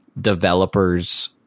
developers